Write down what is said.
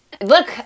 Look